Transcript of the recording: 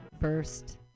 First